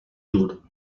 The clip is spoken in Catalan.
dur